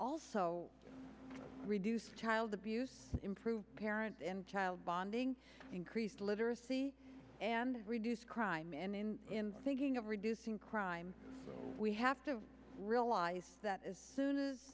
also reduce child abuse improve parent and child bonding increased literacy and reduce crime and in thinking of reducing crime we have to realize that is